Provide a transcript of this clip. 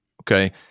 Okay